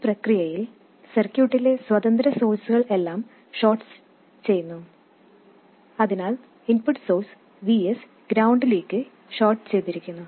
ഈ പ്രക്രിയയിൽ സർക്യൂട്ടിലെ സ്വതന്ത്ര സോഴ്സ്കൾ എല്ലാം ഷോർട്ട് ചെയ്യുന്നു അതിനാൽ ഇൻപുട്ട് സോഴ്സ് Vs ഗ്രൌണ്ടിലേക്ക് ഷോർട്ട് ചെയ്തിരിക്കുന്നു